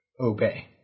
obey